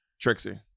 Trixie